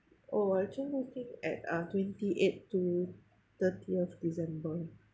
oh I actually think at uh twenty eighth to thirtieth december